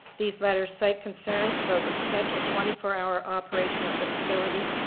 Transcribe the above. these letters cite concerns about the potential twenty four hour operation of the facility,